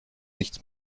nichts